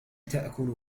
تأكل